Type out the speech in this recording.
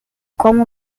como